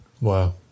wow